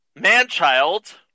Manchild